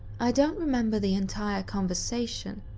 i don't remember the entire conversation.